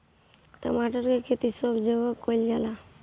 टमाटर के खेती सब जगह कइल जाला